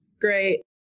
Great